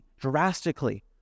drastically